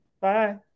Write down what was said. Bye